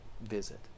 visit